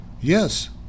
Yes